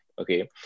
Okay